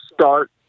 start